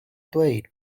dweud